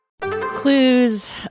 Clues